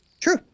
True